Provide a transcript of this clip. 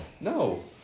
No